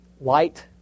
light